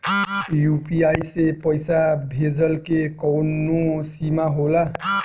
UPI से पईसा भेजल के कौनो सीमा होला?